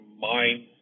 mind